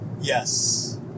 Yes